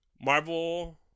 Marvel